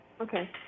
Okay